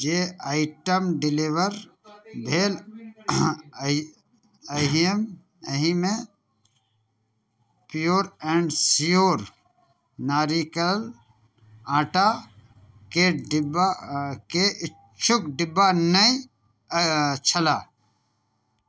जे item deliver भेल एहिमे प्योर एण्ड स्योर नारिकल आटा के डिब्बा के किछु डिब्बा नहि छलाए